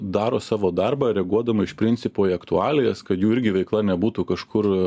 daro savo darbą reaguodama iš principo į aktualijas kad jų irgi veikla nebūtų kažkur